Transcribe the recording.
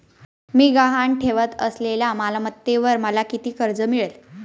मी गहाण ठेवत असलेल्या मालमत्तेवर मला किती कर्ज मिळेल?